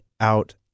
out